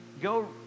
Go